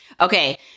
okay